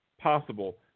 possible